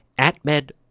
AtMed